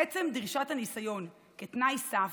עצם דרישת הניסיון כתנאי סף,